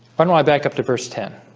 but i back up to verse ten